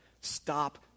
Stop